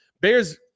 Bears